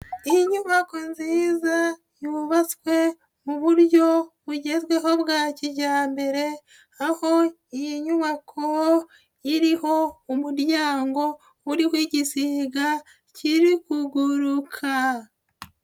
Inyubako nziza yubatswe mu buryo bugezweho bwa kijyambere aho iyi nyubako iriho umuryango uriho igisiga kiri kuguruka.